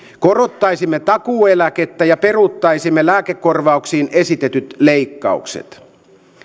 korottaisimme takuueläkettä ja peruuttaisimme lääkekorvauksiin esitetyt leikkaukset